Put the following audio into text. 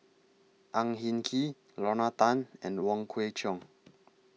Ang Hin Kee Lorna Tan and Wong Kwei Cheong